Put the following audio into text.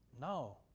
No